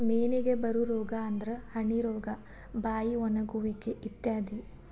ಮೇನಿಗೆ ಬರು ರೋಗಾ ಅಂದ್ರ ಹನಿ ರೋಗಾ, ಬಾಯಿ ಒಣಗುವಿಕೆ ಇತ್ಯಾದಿ